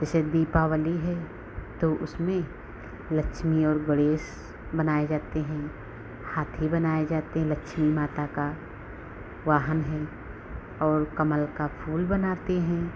जैसे दीपावली है तो उसमें लक्ष्मी और गणेश बनाए जाते हैं हाथी बनाए जाते लक्ष्मी माता का वाहन है और कमल का फूल बनाते हैं